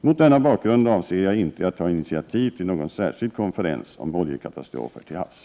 Mot denna bakgrund avser jag inte att ta initiativ till någon särskild konferens om oljekatastrofer till havs.